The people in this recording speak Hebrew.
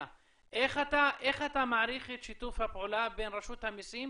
איך אתה מעריך את שיתוף הפעולה בין רשות המסים